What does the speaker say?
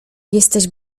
jesteś